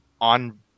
on